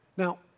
Now